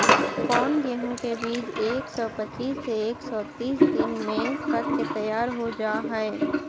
कौन गेंहू के बीज एक सौ पच्चीस से एक सौ तीस दिन में पक के तैयार हो जा हाय?